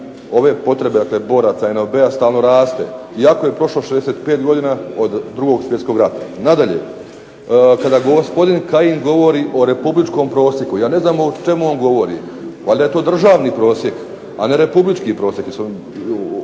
ove potrebe, dakle boraca NOB-a stalno raste iako je prošlo 65 godina od Drugog svjetskog rata. Nadalje, kada gospodin Kajin govori o republičkom prosjeku, ja ne znam o čemu on govori. Valjda je to državni prosjek, a ne republički prosjek.